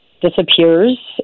disappears